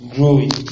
Growing